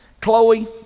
Chloe